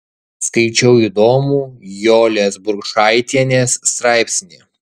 skaičiau įdomų jolės burkšaitienės straipsnį